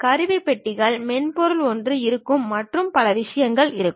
கருவிப்பட்டிகள் menu போன்ற ஒன்று இருக்கும் மற்றும் பல விஷயங்கள் இருக்கும்